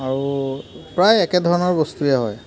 আৰু প্ৰায় একেধৰণৰ বস্তুৱে হয়